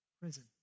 Prison